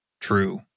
true